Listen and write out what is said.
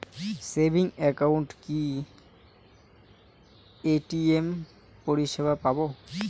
Savings একাউন্টে কি ATM পরিসেবা পাব?